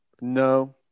No